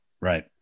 Right